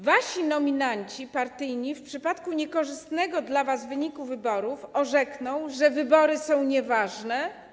Wasi nominaci partyjni w przypadku niekorzystnego dla was wyniku wyborów orzekną, że wybory są nieważne.